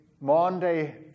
Monday